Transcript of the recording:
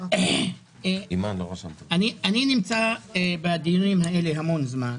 אני נמצא בדיונים האלה המון זמן.